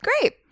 Great